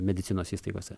medicinos įstaigose